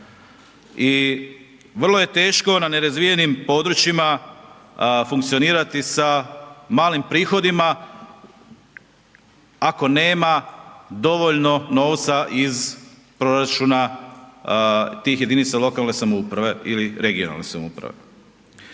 i vrlo je teško na nerazvijenim područjima funkcionirati sa malim prihodima ako nema dovoljno novca iz proračuna tih jedinica lokalne samouprave ili regionalne samouprave.